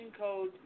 code